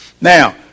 now